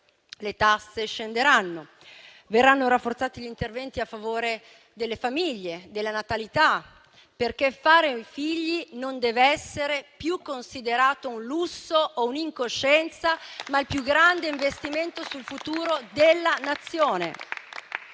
Le tasse scenderanno e verranno rafforzati gli interventi a favore delle famiglie e della natalità, perché fare figli non deve essere più considerato un lusso o un'incoscienza, ma il più grande investimento sul futuro della Nazione.